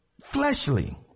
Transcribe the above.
fleshly